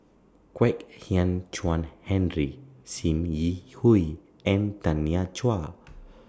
Kwek Hian Chuan Henry SIM Yi Hui and Tanya Chua